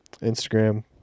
Instagram